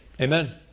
Amen